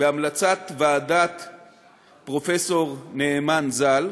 בהמלצת ועדת פרופ' נאמן ז"ל,